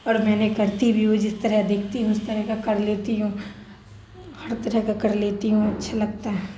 اور میں نے کرتی بھی ہوں جس طرح دیکھتی ہوں اس طرح کا کر لیتی ہوں ہر طرح کا کر لیتی ہوں اچھا لگتا ہے